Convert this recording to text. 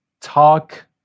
talk